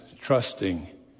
trusting